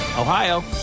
Ohio